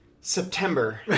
September